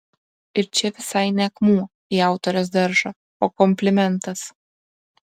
ir čia visai ne akmuo į autorės daržą o komplimentas